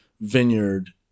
vineyard